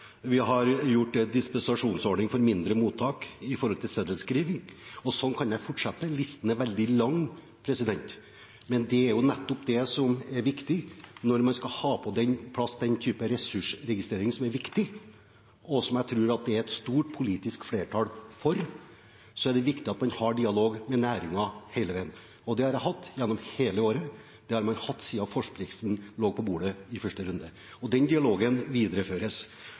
Vi har laget en dispensasjonsordning for mindre mottak vedrørende seddelskriving. Slik kan jeg fortsette. Listen er veldig lang, men det er nettopp det som er viktig. Når man skal ha på plass den typen ressursregistrering, som jeg tror det er et stort politisk flertall for, er det viktig at man har en dialog med næringen hele veien, og det har jeg hatt gjennom hele året. Det har man hatt siden forskriften lå på bordet i første runde. Den dialogen videreføres.